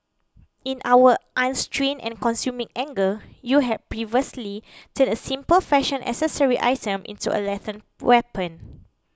in our unrestrained and consuming anger you had perversely turned a simple fashion accessory item into a lethal weapon